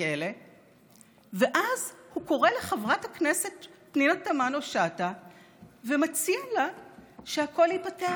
לכלא ואז הוא קורא לחברת הכנסת פנינה תמנו-שטה ומציע לה שהכול ייפתר.